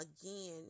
again